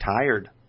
tired